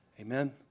Amen